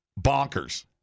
bonkers